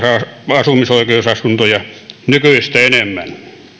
asumisoikeusasuntoja nykyistä enemmän